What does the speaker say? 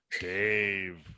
Dave